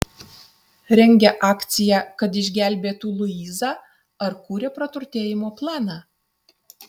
rengia akciją kad išgelbėtų luizą ar kuria praturtėjimo planą